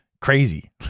crazy